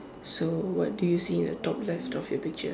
so what do you see in the top left of your picture